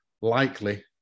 likely